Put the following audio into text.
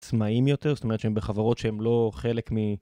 עצמאים יותר, זאת אומרת שהם בחברות שהם לא חלק מ...